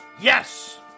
Yes